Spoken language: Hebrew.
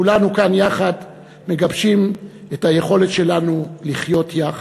כולנו כאן יחד מגבשים את היכולת שלנו לחיות יחד.